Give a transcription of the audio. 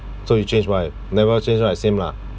so you change wife never change right same lah